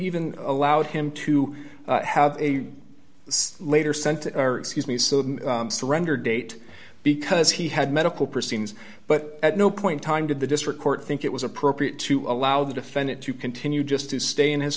even allowed him to have a later sent or excuse me so the surrender date because he had medical proceedings but at no point time did the district court think it was appropriate to allow the defendant to continue just to stay in his